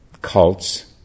cults